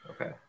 Okay